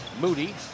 Moody